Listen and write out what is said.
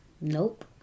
Nope